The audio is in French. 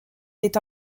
est